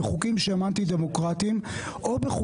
ואולי נשב שלושתנו